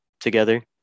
together